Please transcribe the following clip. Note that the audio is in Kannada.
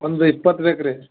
ಒಂದು ಇಪ್ಪತ್ತು ಬೇಕು ರೀ